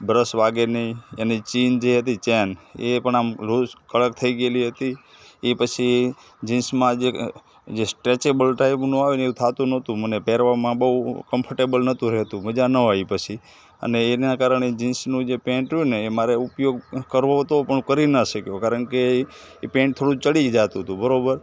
brush વાગે નહીં એની ચીન જે હતી ચેઇન એ પણ આમ લુઝ કડક થઇ ગયેલી હતી એ પછી જીન્સમાં જે જે સ્ટ્રેચેબલ ટાઈપનું આવે ને એ થતું નહોતું મને પહેરવામાં બહુ કમ્ફ્ટેબલ નહોતું રહેતું મજા ના આવી પછી અને એના કારણે જીન્સનું જે પેન્ટ રહ્યું ને એમાં મારે ઉપયોગ કરવો હતો પણ હું કરી ના શક્યો કારણ કે એ પેન્ટ થોડું ચડી જતું હતું બરાબર